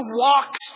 walks